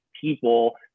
people